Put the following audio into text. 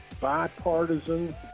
bipartisan